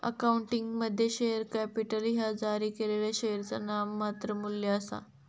अकाउंटिंगमध्ये, share capital ह्या जारी केलेल्या शेअरचा नाममात्र मू्ल्य आसा